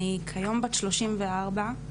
אני כיום בת 34,